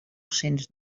cents